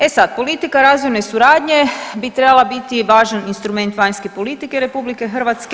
E sad, politika razvojne suradnje bi trebala biti važan instrument vanjske politike RH.